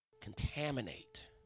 contaminate